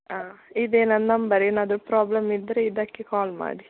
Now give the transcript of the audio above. ಹಾಂ ಇದೇ ನನ್ನ ನಂಬರ್ ಏನಾದರು ಪ್ರಾಬ್ಲಮ್ ಇದ್ದರೆ ಇದಕ್ಕೆ ಕಾಲ್ ಮಾಡಿ